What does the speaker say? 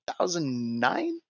2009